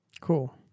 Cool